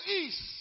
East